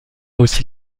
aussi